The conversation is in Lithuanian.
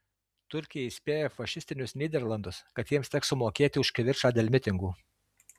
turkija įspėja fašistinius nyderlandus kad jiems teks sumokėti už kivirčą dėl mitingų